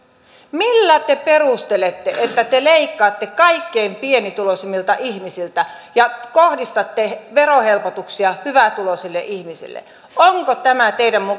millä te perustelette että te leikkaatte kaikkein pienituloisimmilta ihmisiltä ja kohdistatte verohelpotuksia hyvätuloisille ihmisille onko tämä teidän